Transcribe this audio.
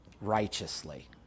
righteously